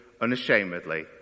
unashamedly